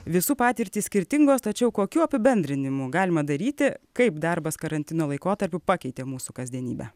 visų patirtys skirtingos tačiau kokių apibendrinimų galima daryti kaip darbas karantino laikotarpiu pakeitė mūsų kasdienybę